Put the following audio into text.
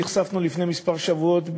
לפני כמה שבועות,